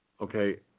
Okay